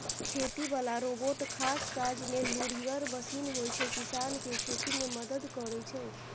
खेती बला रोबोट खास काजमे लुरिगर मशीन होइ छै किसानकेँ खेती मे मदद करय छै